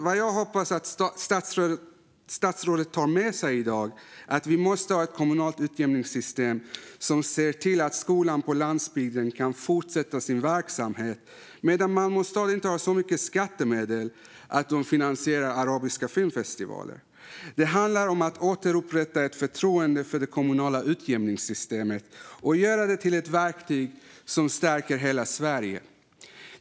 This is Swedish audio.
Vad jag hoppas att statsrådet tar med sig i dag är att vi måste ha ett kommunalt utjämningssystem som ser till att skolan på landsbygden kan fortsätta sin verksamhet medan Malmö stad inte har så mycket skattemedel att de finansierar arabiska filmfestivaler. Det handlar om att återupprätta ett förtroende för det kommunala utjämningssystemet och göra det till ett verktyg som stärker hela Sverige.